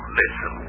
listen